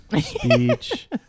speech